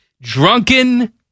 Drunken